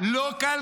לא צבא.